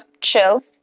chill